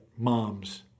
Moms